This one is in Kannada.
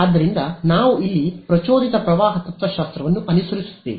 ಆದ್ದರಿಂದ ನಾವು ಇಲ್ಲಿ ಪ್ರಚೋದಿತ ಪ್ರವಾಹ ತತ್ವಶಾಸ್ತ್ರವನ್ನು ಅನುಸರಿಸುತ್ತೇವೆ